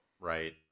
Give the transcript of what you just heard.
right